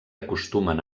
acostumen